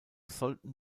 sollten